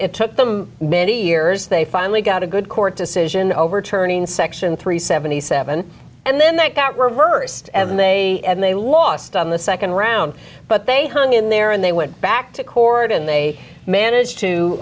it took them many years they finally got a good court decision overturning section three seventy seven and then that that reversed and they and they lost on the second round but they hung in there and they went back to court and they managed to